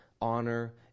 honor